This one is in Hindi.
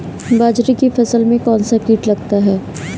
बाजरे की फसल में कौन सा कीट लगता है?